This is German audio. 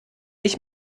ich